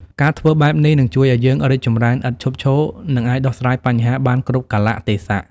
ការធ្វើបែបនេះ នឹងជួយឲ្យយើងរីកចម្រើនឥតឈប់ឈរ និងអាចដោះស្រាយបញ្ហាបានគ្រប់កាលៈទេសៈ។